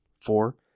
Four